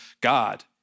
God